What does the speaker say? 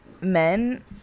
men